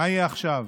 מה יהיה עכשיו?